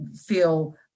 feel